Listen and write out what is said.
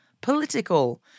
political